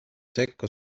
sekka